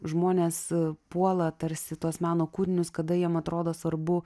žmonės puola tarsi tuos meno kūrinius kada jiem atrodo svarbu